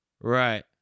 Right